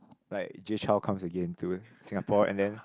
like Jay-Chou comes again to Singapore and then